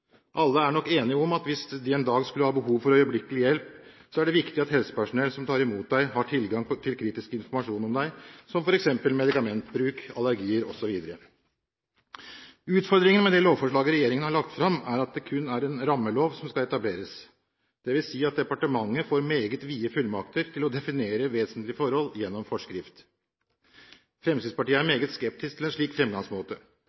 Alle er nok enige om at hvis de en dag skulle ha behov for øyeblikkelig hjelp, er det viktig at det helsepersonell som tar imot deg, har tilgang til kritisk informasjon om deg, som f. eks. medikamentbruk, allergier osv. Utfordringen med det lovforslaget regjeringen har lagt fram, er at det kun er en rammelov som skal etableres, dvs. at departementet får meget vide fullmakter til å definere vesentlige forhold gjennom forskrift. Fremskrittspartiet er